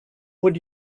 would